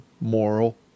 moral